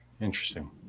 Interesting